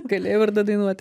galėjau ir dadainuot